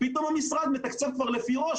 פתאום המשרד מתקצב כבר לפי ראש,